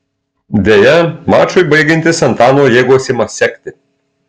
deja mačui baigiantis antano jėgos ima sekti